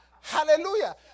hallelujah